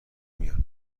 میان